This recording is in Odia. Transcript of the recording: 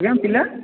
ଆଜ୍ଞା ପିଲା